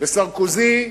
וסרקוזי,